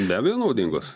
be abejo naudingos